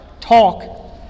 talk